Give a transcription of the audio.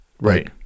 Right